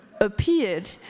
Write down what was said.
appeared